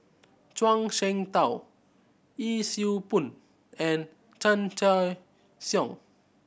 Zhuang Shengtao Yee Siew Pun and Chan Choy Siong